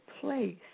place